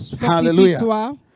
Hallelujah